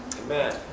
Amen